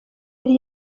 yari